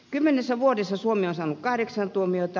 kymmenessä vuodessa suomi on saanut kahdeksan tuomiota